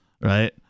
right